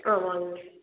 ஆமாம்ங்க